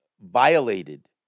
violated